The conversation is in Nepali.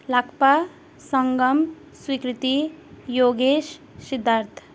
लाक्पा सङ्गम स्वीकृति योगेश सिद्धार्थ